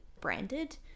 branded